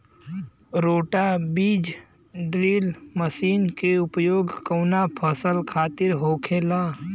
रोटा बिज drill machine के उपयोग कऊना फसल खातिर होखेला?